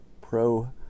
pro